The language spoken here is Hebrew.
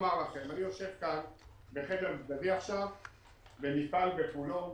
לומר לכם שאני יושב כאן עכשיו בחדר צדדי במפעל בחולון